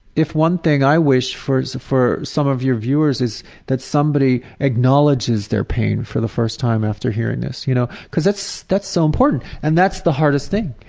if one thing i wish for for some of your viewers is that somebody acknowledges their pain for the first time after hearing this, you know. because that's that's so important, and that's the hardest thing,